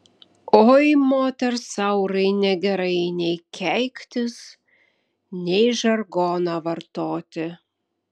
oi moters aurai negerai nei keiktis nei žargoną vartoti